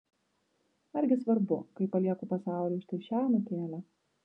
argi svarbu kai palieku pasauliui štai šią anūkėlę